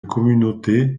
communauté